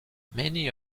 many